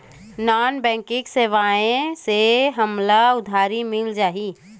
Non banking सेवाएं से हमला उधारी मिल जाहि?